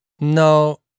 No